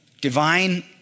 Divine